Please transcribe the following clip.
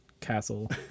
castle